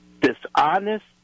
dishonest